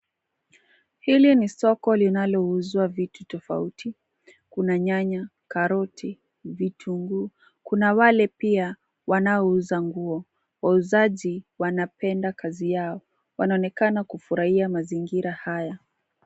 Hili ni soko linalouzwa vitu tofauti. Kuna nyanya, karoti na vitunguu. Kuna wale pia wanaouza nguo. Wauzaji wanapenda kazi yao. Wanaonekana kufurahia mazingira haya